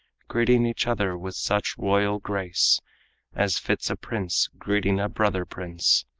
greeting each other with such royal grace as fits a prince greeting a brother prince,